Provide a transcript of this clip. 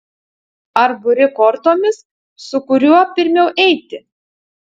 ar buri kortomis su kuriuo pirmiau eiti